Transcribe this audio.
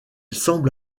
semble